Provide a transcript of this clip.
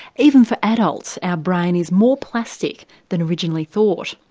even for adults our brain is more plastic than originally thought.